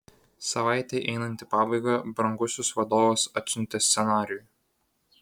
savaitei einant į pabaigą brangusis vadovas atsiuntė scenarijų